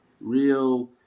real